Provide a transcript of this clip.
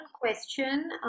question